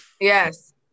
Yes